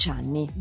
anni